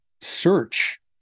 search